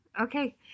okay